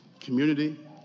community